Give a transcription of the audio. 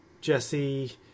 Jesse